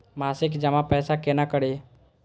मासिक जमा पैसा केना करी?